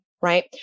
right